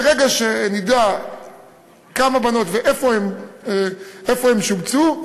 ברגע שנדע כמה בנות ואיפה הן שובצו,